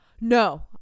no